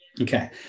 Okay